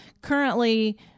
currently